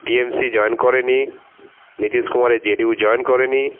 TMC join করে নি নীতিশ কুমারের জেডিইউ করে নি